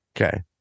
okay